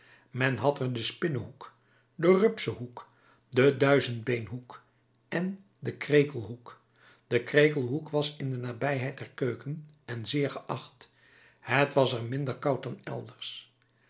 men had er den spinnenhoek den rupsenhoek den duizendbeenhoek en den krekelhoek de krekelhoek was in de nabijheid der keuken en zeer geacht het was er minder koud dan elders